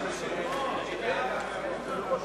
ההצעה